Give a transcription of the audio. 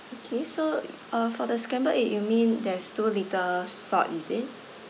okay so uh for the scrambled egg you mean there's too little salt is it